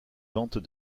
ventes